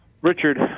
Richard